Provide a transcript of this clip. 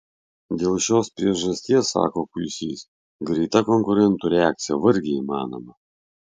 dėl šios priežasties sako kuisys greita konkurentų reakcija vargiai įmanoma